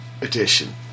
edition